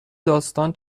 داستان